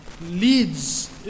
leads